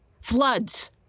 Floods